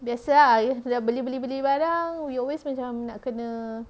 biasa ah kita dah beli beli beli barang we always macam nak kena